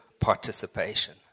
participation